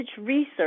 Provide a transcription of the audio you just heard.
research